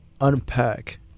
unpack